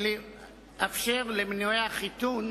ולאפשר למנועי החיתון